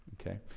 Okay